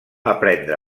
aprendre